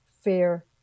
fear